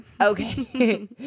Okay